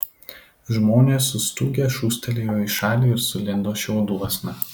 žmonės sustūgę šūstelėjo į šalį ir sulindo šiauduosna